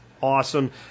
awesome